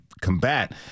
combat